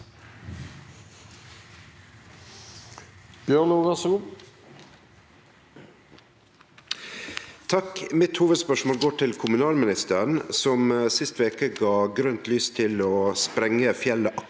Mitt hovudspørs- mål går til kommunalministeren, som sist veke gav grønt lys til å sprengje fjellet Aksla